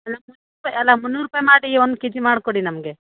ಅಲ್ಲ ಮುನ್ನೂರು ರೂಪಾಯಿ ಮಾಡಿ ಒನ್ ಕೆ ಜಿ ಮಾಡಿಕೊಡಿ ನಮಗೆ